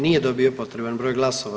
Nije dobio potreban broj glasova.